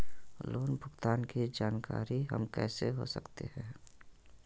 Loan भुगतान की जानकारी हम कैसे हो सकते हैं?